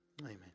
Amen